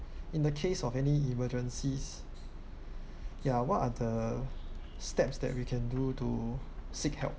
in the case of any emergencies ya what are the steps that we can do to seek help